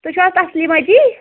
تُہۍ چھُو حظ تَسلیما جی